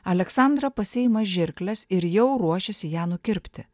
aleksandra pasiima žirkles ir jau ruošiasi ją nukirpti